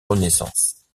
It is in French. renaissance